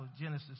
Genesis